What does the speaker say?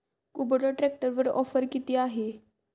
Kubota ट्रॅक्टरवर offer किती आहे?